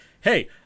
hey